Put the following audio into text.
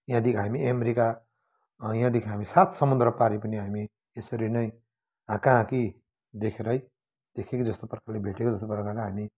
यहाँदेखि हामी अमेरिका यहाँदेखि हामी सात समुन्द्रपारि पनि एयसरी नै हाकाहाकी देखेरै देखेकै जस्तो प्रकारले भेटेकै जस्तो प्रकारले हामी